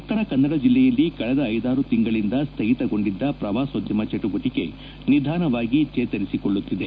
ಉತ್ತರ ಕನ್ನಡ ಜಿಲ್ಲೆಯಲ್ಲಿ ಕಳೆದ ಐದಾರು ತಿಂಗಳಂದ ಸ್ವಗಿತಗೊಂಡಿದ್ದ ಪ್ರವಾಸೋದ್ದಮ ಚಟುವಟಕೆ ನಿಧಾನವಾಗಿ ಚೇತರಿಸಿಕೊಳ್ಳುತ್ತಿದೆ